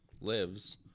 Lives